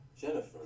Jennifer